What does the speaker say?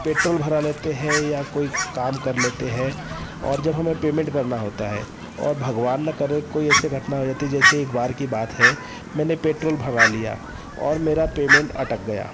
petrol भरा लेते हैं या कोई काम कर लेते हैं और जब हमें पेमेंट करना होता है और भगवान न करे कोई ऐसी घटना होती जैसे एक बार की बात है मैंने पेट्रोल भरा लिया और मेरा पेमेंट अटक गया